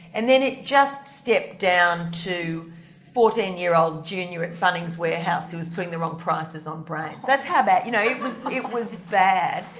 and then it just stepped down to fourteen year old junior at bunning's warehouse who was putting the wrong prices on brains. that's how bad you know it was, it was bad.